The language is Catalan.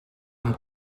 amb